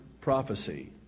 prophecy